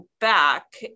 back